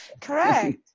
Correct